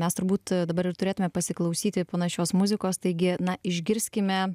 mes turbūt dabar ir turėtume pasiklausyti panašios muzikos taigi na išgirskime